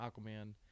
Aquaman